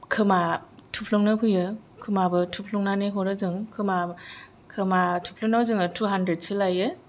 खोमा थुफ्लुंनो फैयो खोमाबो थुफ्लुंनानै हरो जों खोमा खोमा थुफ्लुनायाव जोङो टु हानड्रेडसो लायो